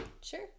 sure